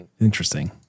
interesting